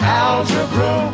algebra